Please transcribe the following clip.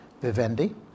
Vivendi